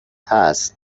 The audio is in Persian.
هست